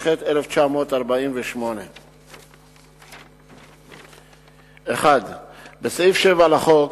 התש"ח 1948. 1. בסעיף 7 לחוק,